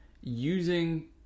Using